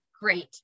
Great